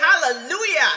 hallelujah